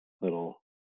little